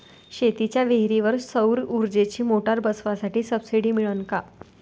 शेतीच्या विहीरीवर सौर ऊर्जेची मोटार बसवासाठी सबसीडी मिळन का?